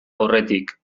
aurretik